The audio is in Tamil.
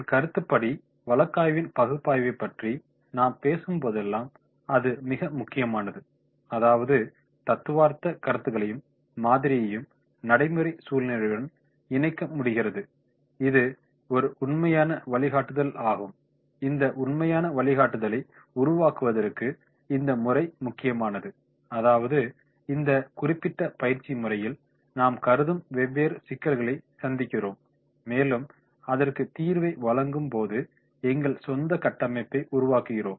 என் கருத்துபடி வழக்காவின் பகுப்பாய்வைப் பற்றி நாம் பேசும்போதெல்லாம் அது மிக முக்கியமானது அதாவது தத்துவார்த்த கருத்துகளையும் மாதிரியையும் நடைமுறை சூழ்நிலையுடன் இணைக்க முடிகிறது இது ஒரு உண்மையான வழிகாட்டுதலாகும் இந்த உண்மையான வழிகாட்டுதலை உருவாக்குவதற்கு இந்த முறை முக்கியமானது அதாவது இந்த குறிப்பிட்ட பயிற்சி முறையில் நாம் கருதும் வெவ்வேறு சிக்கல்களைச் சந்திக்கிறோம் மேலும் அதற்கு தீர்வை வழங்கும் போது எங்கள் சொந்த கட்டமைப்பை உருவாக்குகிறோம்